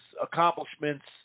accomplishments